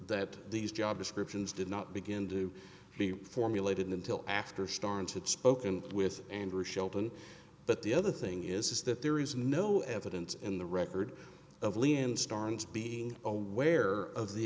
that these job descriptions did not begin to be formulated until after started spoken with andrew shelton but the other thing is is that there is no evidence in the record of landstar and being aware of the